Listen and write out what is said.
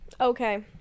Okay